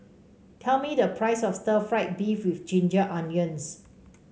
tell me the price of Stir Fried Beef with Ginger Onions